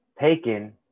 taken